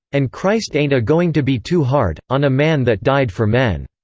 and christ ain't a-going to be too hard on a man that died for men.